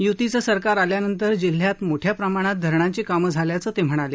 युतीचं सरकार आल्यानंतर जिल्ह्यात मोठ्या प्रमाणात धरणांची कामं झाल्याचं ते म्हणाले